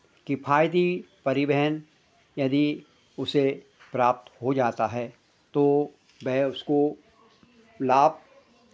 किफायती परिवहन यदि उसे प्राप्त हो जाता है तो वह उसको लाभ